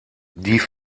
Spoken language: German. die